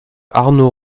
arnaud